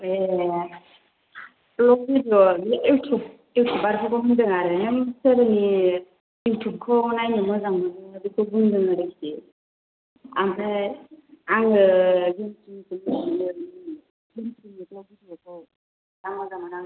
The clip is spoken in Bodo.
ए भ्ल'ग भिडिय' इउटुबारखौ होनदों आरो नों सोरनि इउटुबखौ नायनो मोजां मोनो बेखौ बुंदों आरोखि ओमफ्राय आङो गेमस्रिनिखौ मोजां मोनो गेमस्रिनि भ्ल'ग भिडिय'खौ आं मोजां मोनो नायो